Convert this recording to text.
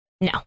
no